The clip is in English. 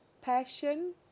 Passion